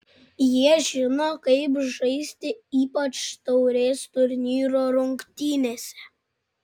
jie žino kaip žaisti ypač taurės turnyro rungtynėse